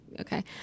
okay